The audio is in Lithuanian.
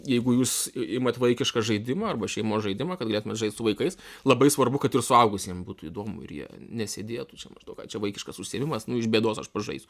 jeigu jūs imat vaikišką žaidimą arba šeimos žaidimą kad galėtumėt žaist su vaikais labai svarbu kad ir suaugusiem būtų įdomu ir jie nesėdėtų čia maždaug ai čia vaikiškas užsiėmimas nu iš bėdos aš pažaisiu